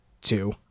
Two